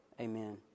Amen